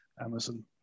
Amazon